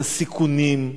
את הסיכונים,